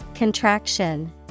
Contraction